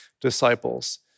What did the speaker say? disciples